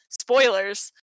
spoilers